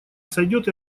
сойдёт